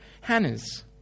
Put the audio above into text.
hannah's